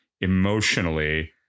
emotionally